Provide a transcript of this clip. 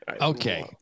Okay